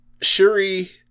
Shuri